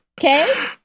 Okay